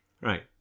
right